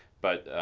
but